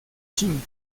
ching